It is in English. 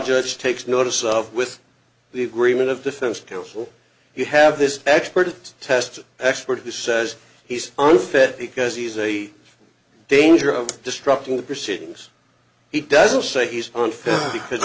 judge takes notice of with the agreement of defense counsel you have this expert test expert who says he's unfit because he's a danger of destructing the proceedings he doesn't say he's on